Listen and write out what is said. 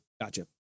gotcha